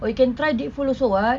or you can try deep pool also [what]